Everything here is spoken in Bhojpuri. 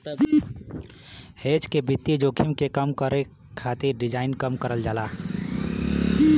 हेज के वित्तीय जोखिम के कम करे खातिर डिज़ाइन करल जाला